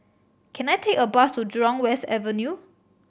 can I take a bus to Jurong West Avenue